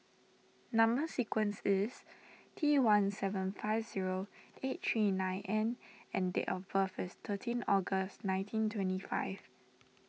Number Sequence is T one seven five zero eight three nine N and date of birth is thirteen August nineteen twenty five